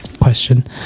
question